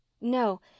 No